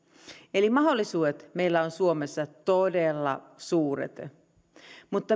eli mahdollisuudet meillä on suomessa todella suuret mutta